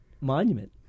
monument